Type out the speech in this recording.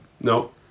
No